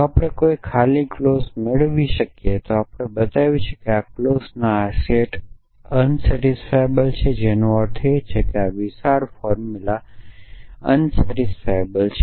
જો આપણે કોઈ નલ ક્લોઝ મેળવી શકીએ તો આપણે બતાવ્યું છે કે આ ક્લોઝનો આ સેટ અસંતોષકારક છે જેનો અર્થ છે કે આ વિશાળ ફોર્મુલા અસંતોષકારક છે